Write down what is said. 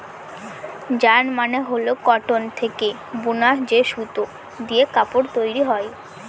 yarn মানে হল cotton থেকে বুনা যে সুতো দিয়ে কাপড় তৈরী হয়